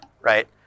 right